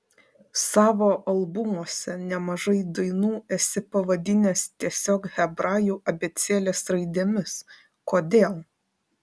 savo albumuose nemažai dainų esi pavadinęs tiesiog hebrajų abėcėlės raidėmis kodėl